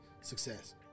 success